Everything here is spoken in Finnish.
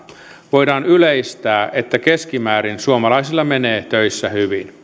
voidaan yleistää että keskimäärin suomalaisilla menee töissä hyvin